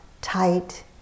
tight